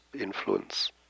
influence